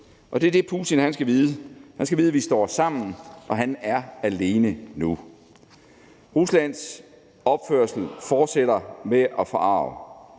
det er det, Putin skal vide. Han skal vide, at vi står sammen, og at han er alene nu. Ruslands opførsel fortsætter med at forarge.